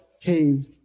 cave